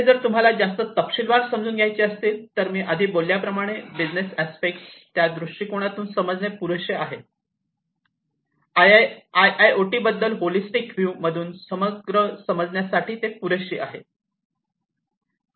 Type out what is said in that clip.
हे जर तुम्हाला जास्त तपशीलवार समजून घ्यायचं असेल तर पण मी आधी बोलल्याप्रमाणे बिजनेस आस्पेक्टस या दृष्टिकोनातून एवढे समजणे पुरेशे आहे मला वाटते ते बिझनेसच्या दृष्टीकोनातून एवढे पुरेसे आहे आय आय ओ टीबद्दल होलिस्टिक व्ह्यू मधून समग्र समजण्यासाठी ते पुरेशी आहे